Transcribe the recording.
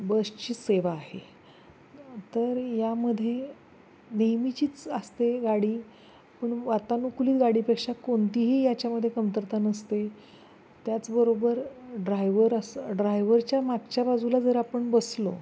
बसची सेवा आहे तर यामध्ये नेहमीचीच असते गाडी पण वातानुकलीत गाडीपेक्षा कोणतीही याच्यामध्ये कमतरता नसते त्याचबरोबर ड्रायव्हर असं ड्रायवरच्या मागच्या बाजूला जर आपण बसलो